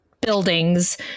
buildings